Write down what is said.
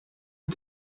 mit